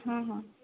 ହଁ ହଁ